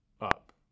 up